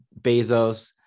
Bezos